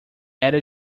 era